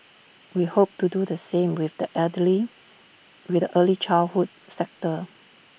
we hope to do the same with the elderly with the early childhood sector